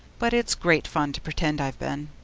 but it's great fun to pretend i've been.